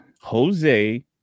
Jose